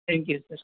thank you sir